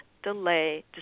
delay